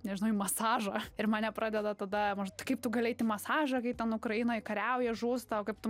nežinau į masažą ir mane pradeda tada mažd kaip tu gali eit į masažą kai ten ukrainoj kariauja žūsta o kaip tu